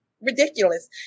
ridiculous